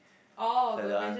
oh the major